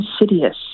insidious